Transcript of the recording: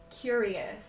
curious